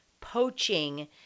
poaching